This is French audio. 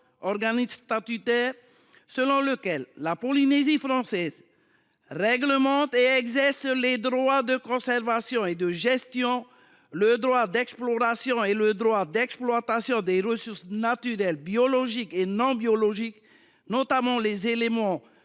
organique statutaire, selon lequel « la Polynésie française réglemente et exerce les droits de conservation et de gestion, le droit d’exploration et le droit d’exploitation des ressources naturelles biologiques et non biologiques, notamment les éléments